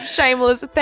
Shameless